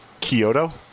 Kyoto